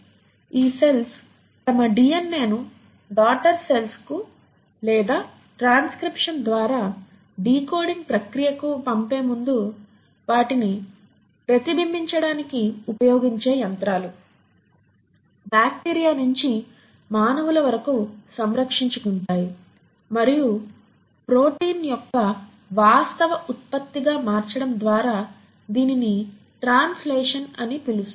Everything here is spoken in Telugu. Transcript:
ఈ సెల్స్ తమ డిఎన్ఎను డాటర్ సెల్స్ కు లేదా ట్రాన్స్క్రిప్షన్ ద్వారా డీకోడింగ్ ప్రక్రియకు పంపే ముందు వాటిని ప్రతిబింబించడానికి ఉపయోగించే యంత్రాలు బాక్టీరియా నించి మానవుల వరకు సంరక్షించుకుంటాయి మరియు ప్రోటీన్ యొక్క వాస్తవ ఉత్పత్తిగా మార్చడం ద్వారా దీనిని ట్రాన్స్లేషన్ అని పిలుస్తారు